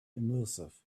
immersive